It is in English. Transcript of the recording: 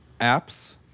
apps